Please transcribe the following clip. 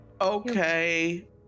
Okay